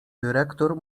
dyrektor